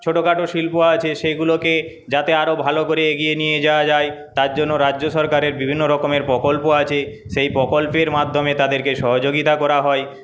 ছোটোখাটো শিল্প আছে সেগুলোকে যাতে আরও ভালো করে এগিয়ে নিয়ে যাওয়া যায় তার জন্য রাজ্য সরকারের বিভিন্নরকমের প্রকল্প আছে সেই প্রকল্পের মাধ্যমে তাদেরকে সহযোগিতা করা হয়